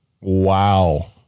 Wow